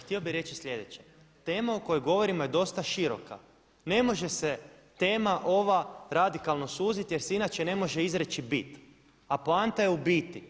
Htio bih reći sljedeće tema o kojoj govorimo je dosta široka, ne može se tema ova radikalno suziti jer se inače ne može izreći bit, a poanta je u biti.